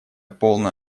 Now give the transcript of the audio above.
полную